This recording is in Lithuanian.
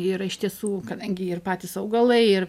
yra iš tiesų kadangi ir patys augalai ir